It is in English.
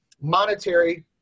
monetary